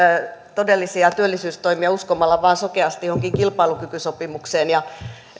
todellisia työllisyystoimia uskomalla vain sokeasti johonkin kilpailukykysopimukseen ja